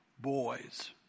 boys